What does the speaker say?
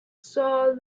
saw